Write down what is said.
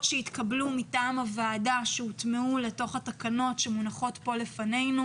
שהתקבלו מטעם הוועדה והוטמעו בתוך התקנות שמונחות כאן לפנינו,